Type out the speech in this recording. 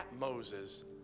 Moses